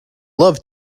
love